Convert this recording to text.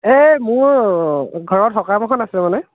এই মোৰ ঘৰত সকাম এখন আছে মানে